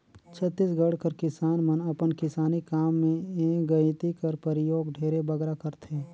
छत्तीसगढ़ कर किसान मन अपन किसानी काम मे गइती कर परियोग ढेरे बगरा करथे